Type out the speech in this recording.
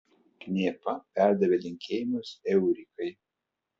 knėpa perdavė linkėjimus eurikai